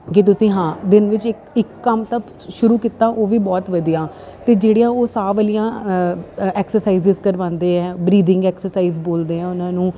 ਕਿ ਤੁਸੀਂ ਹਾਂ ਦਿਨ ਵਿੱਚ ਇੱਕ ਇੱਕ ਕੰਮ ਤਾਂ ਸ਼ੁਰੂ ਕੀਤਾ ਉਹ ਵੀ ਬਹੁਤ ਵਧੀਆ ਅਤੇ ਜਿਹੜੀਆਂ ਉਹ ਸਾਹ ਵਾਲੀਆਂ ਐਕਸਰਸਾਈਜਜ ਕਰਵਾਉਂਦੇ ਆ ਬਰੀਦਿੰਗ ਐਕਸਰਸਾਈਜ਼ ਬੋਲਦੇ ਆ ਉਹਨਾਂ ਨੂੰ